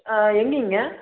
ஆ எங்கேங்க